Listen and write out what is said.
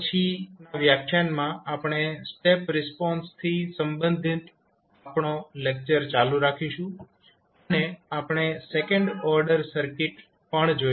હવે પછીનાં વ્યાખ્યાનમાં આપણે સ્ટેપ રિસ્પોન્સથી સંબંધિત આપણો લેક્ચર ચાલુ રાખીશું અને આપણે સેકન્ડ ઓર્ડર સર્કિટ પણ